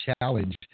challenge